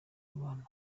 abantu